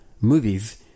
movies